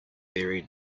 buried